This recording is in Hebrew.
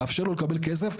לאפשר לו לקבל כסף,